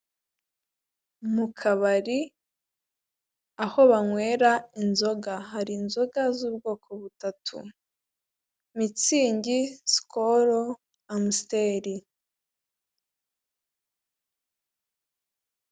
Mu kabari aho banywera inzoga hari inzoga z'ubwoko butatu: Mitsingi, Skol, Amsteri.